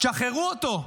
תשחררו אותו.